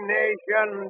nation